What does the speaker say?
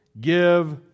give